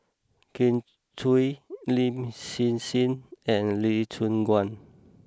Kin Chui Lin Hsin Hsin and Lee Choon Guan